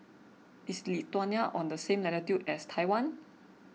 is Lithuania on the same latitude as Taiwan